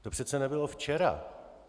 To přece nebylo včera.